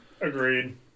Agreed